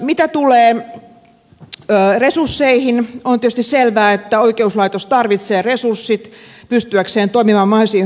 mitä tulee resursseihin on tietysti selvää että oikeuslaitos tarvitsee resurssit pystyäkseen toimimaan mahdollisimman hyvin